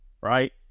right